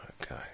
okay